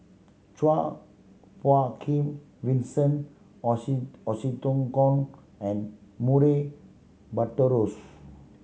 Chua Phung Kim Vincent Hoisington and Murray Buttrose